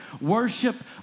worship